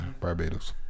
Barbados